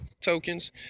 tokens